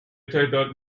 تعداد